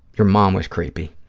your mom was creepy.